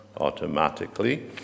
automatically